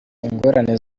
ingorane